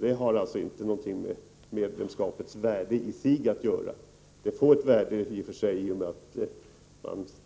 Det har alltså ingenting med medlemskapets värde i sig att göra. Detta får i och för sig ett värde i och med att vi